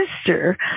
sister